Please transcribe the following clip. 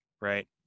Right